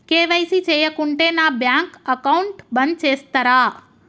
KYC చేయకుంటే నా bank account బంద్ చేస్తరా?